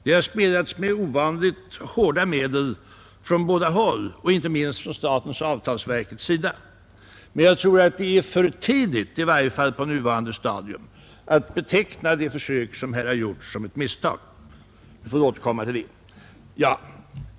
Det har spelats med ovanligt hårda medel från båda håll, inte minst från statens och avtalsverkets sida, men jag tror att det är för tidigt, i varje fall på nuvarande stadium, att beteckna detta försök som bevis för ett misstag. Vi får återkomma till det.